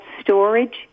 storage